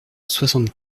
soixante